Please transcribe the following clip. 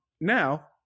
now